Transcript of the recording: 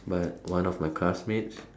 but one of my classmates